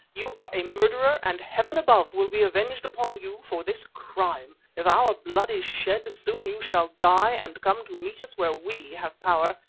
you are a murderer and heaven above will be avenged upon you for this crime. if our blood is shed, soon you shall die and come to meet us where we have power,